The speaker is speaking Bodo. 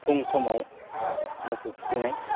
फुं समाव मोसौ थुखैनाय